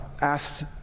asked